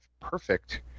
Perfect